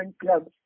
clubs